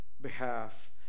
behalf